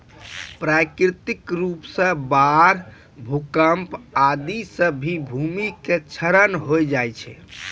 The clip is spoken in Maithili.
प्राकृतिक रूप सॅ बाढ़, भूकंप आदि सॅ भी भूमि के क्षरण होय जाय छै